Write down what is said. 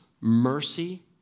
mercy